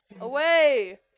away